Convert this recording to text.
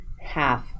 half